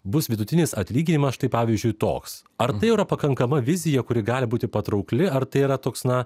bus vidutinis atlyginimas štai pavyzdžiui toks ar tai yra pakankama vizija kuri gali būti patraukli ar tai yra toks na